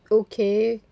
okay